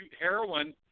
heroin